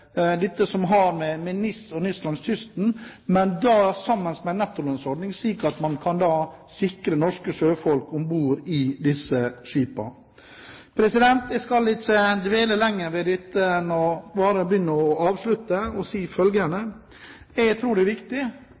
dette som har med NIS og NIS langs kysten å gjøre, men da sammen med nettolønnsordningen, slik at man kan sikre at man har norske sjøfolk om bord i disse skipene. Jeg skal ikke dvele lenger ved dette, bare avslutte med å si følgende: Jeg tror det er viktig